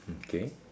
okay